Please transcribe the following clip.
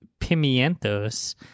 pimientos